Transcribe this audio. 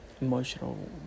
emotional